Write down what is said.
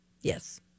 Yes